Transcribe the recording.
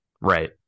Right